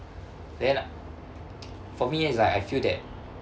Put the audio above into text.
then for me it's like I feel that